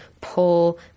pull